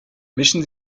mischen